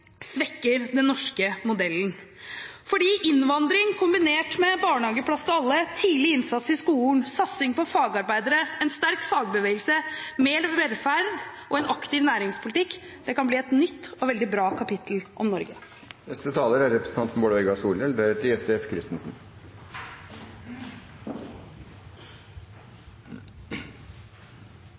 svekker den norske modellen, for innvandring kombinert med barnehageplass til alle barn, tidlig innsats i skolen, satsing på fagarbeidere, en sterk fagbevegelse, mer velferd og en aktiv næringspolitikk kan bli et nytt og veldig bra kapittel om Norge. Veldig mykje er